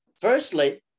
Firstly